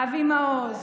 אבי מעוז,